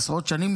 עשרות שנים,